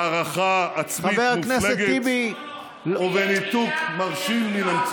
בהערכה עצמית מופלגת ובניתוק מרשים מן המציאות.